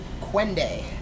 Quende